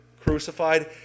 crucified